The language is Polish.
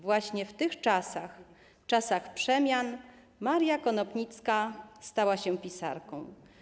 Właśnie w tych czasach, w czasach przemian, Maria Konopnicka stała się pisarką.